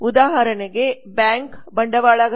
ಉದಾಹರಣೆಗೆಬ್ಯಾಂಕ್ ಬಂಡವಾಳಗಾರ ಮತ್ತು ಪೂರೈಕೆ ಸರಣಿ ಪಾಲುದಾರ